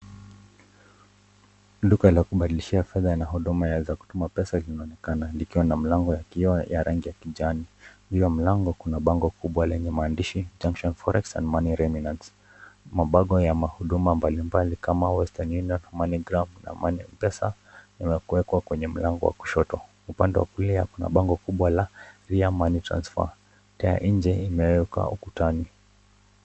Duka la kubadilishia fedha na huduma za kutuma pesa zinaonekana likiwa na mlango ya kioo ya rangi ya kijani. Juu ya mlango kuna bango kubwa lenye maandishi Junction Forex and Money Remittance . Mabango ya mahuduma mbalimbali kama Western Union, Moneygram na M-Pesa ni ya kuwekwa kwenye mlango wa kushoto. Upande wa kulia kuna bango kubwa la Ria Money Transfer . Taa ya nje imewekwa ukutani.